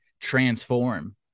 transform